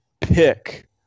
pick